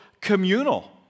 communal